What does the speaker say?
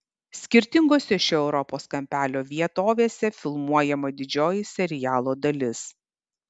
skirtingose šio europos kampelio vietovėse filmuojama didžioji serialo dalis